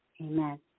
Amen